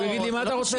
הוא יגיד לי מה אתה רוצה?